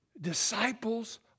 Disciples